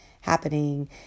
happening